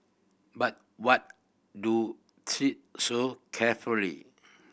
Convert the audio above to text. but what do tread so carefully